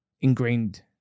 ingrained